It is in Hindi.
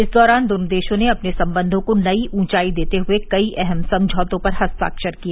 इस दौरान दोनों देशों ने अपने सम्बंधों को नई ऊॅचाई देते हए कई अहम समझौतों पर हस्ताक्षर किए